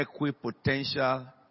equipotential